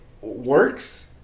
works